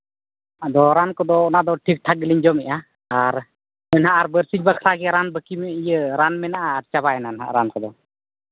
ᱟᱫᱚ ᱨᱟᱱ ᱠᱚᱫᱚ ᱚᱱᱟᱫᱚ ᱴᱷᱤᱠ ᱴᱷᱟᱠ ᱜᱮᱞᱤᱧ ᱡᱚᱢᱮᱫᱼᱟ ᱟᱨ ᱢᱮᱱᱟᱜᱼᱟ ᱵᱟᱨᱥᱤᱧ ᱵᱟᱠᱷᱨᱟ ᱜᱮ ᱨᱟᱱ ᱵᱟᱹᱠᱤ ᱨᱟᱱ ᱢᱮᱱᱟᱜᱼᱟ ᱟᱨ ᱪᱟᱵᱟᱭᱮᱱᱟ ᱦᱟᱸᱜ ᱨᱟᱱ ᱠᱚᱫᱚ